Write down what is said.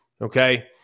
Okay